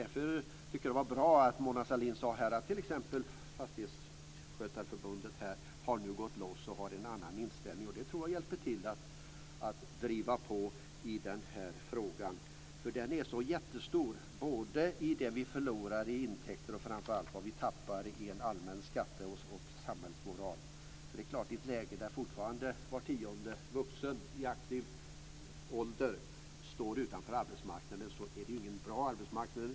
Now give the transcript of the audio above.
Därför var det bra att Mona Sahlin nämnde att Fastighetsanställdas förbund har fått en annan inställning, och det hjälper till att driva på i den här frågan, för den är så stor när det gäller det som vi förlorar i intäkter och det som vi tappar i en allmän skatte och samhällsmoral. Det är klart att i ett läge när fortfarande var tionde vuxen i aktiv ålder står utanför arbetsmarknaden är det ingen bra arbetsmarknad.